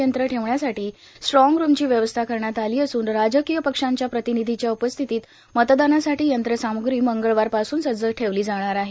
यंत्र ठेवण्यासाठी स्ट्रांग रूमची व्यवस्था करण्यात आली असून राजकीय पक्षांच्या प्रतिनिधींच्या उपस्थितीत मतदानासाठी यंत्रसाम्ग्री मंगळवारपासून सज्ज ठेवली जाणार आहे